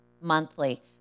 monthly